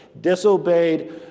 disobeyed